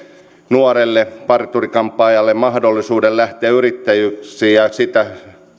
nuorelle parturi kampaajalle mahdolli suuden lähteä yrittäjäksi ja sitä